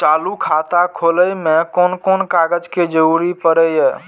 चालु खाता खोलय में कोन कोन कागज के जरूरी परैय?